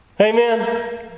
Amen